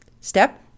Step